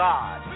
God